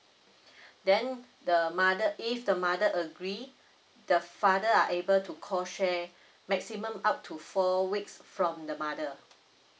then the mother if the mother agree the father are able to co share maximum up to four weeks from the mother